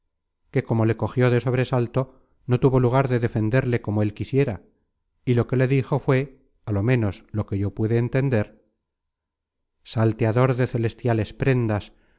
que como le cogió de sobresalto no tuvo lugar de defenderle como él quisiera y lo que le dijo fué á lo menos lo que yo pude entender salteador de celestiales prendas